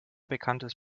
bekanntes